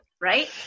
right